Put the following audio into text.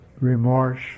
remorse